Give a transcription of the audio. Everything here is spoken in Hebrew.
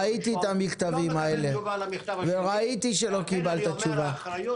ראיתי את המכתבים האלה, וראיתי שלא קיבלת תשובה.